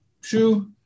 shoe